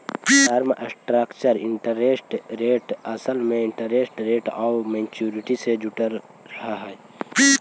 term structure interest rate असल में interest rate आउ मैच्योरिटी से जुड़ल होवऽ हई